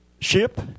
ship